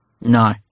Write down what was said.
No